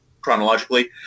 chronologically